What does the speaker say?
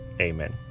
Amen